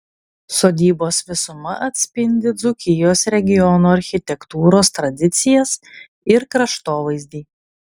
sodybos visuma atspindi dzūkijos regiono architektūros tradicijas ir kraštovaizdį